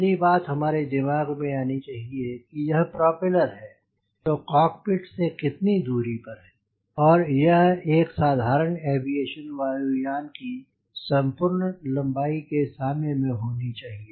पहली बात हमारे दिमाग में आनी चाहिए कि यह प्रोपेलर है तो कॉकपिट से इसकी दूरी कितनी है और यह एक साधारण एविएशन वायु यान की संपूर्ण लम्बाई के साम्य में होनी चाहिए